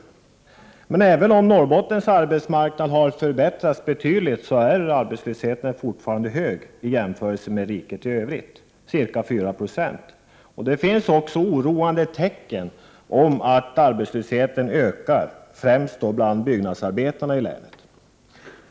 Även om läget på Norrbottens arbetsmarknad har förbättrats betydligt är arbetslösheten i jämförelse med riket i övrigt fortfarande hög, ca 4 20. Det finns också oroande tecken på att arbetslösheten ökar, främst bland byggnadsarbetarna i länet.